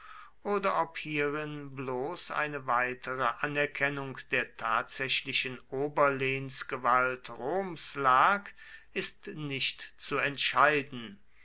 oder ob hierin bloß eine weitere anerkennung der tatsächlichen oberlehnsgewalt roms lag ist nicht zu entscheiden